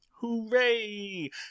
Hooray